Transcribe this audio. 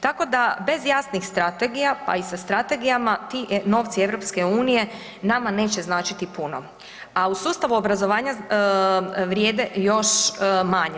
Tako da bez jasnih strategija, pa i sa strategijama ti novci EU nama neće značiti puno, a u sustavu obrazovanja vrijede još manje.